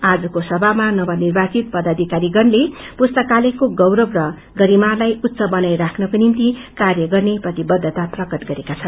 आजको सभामा नवनिकाचित पदोषिकारीगणले पुस्तकालयको गोरव र गरिमालाई उच्च बनाईाख्नाके निम्ति कार्य गर्ने प्रतिबद्धता प्रकट गरेका छन्